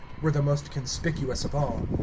were the most conspicuous of all.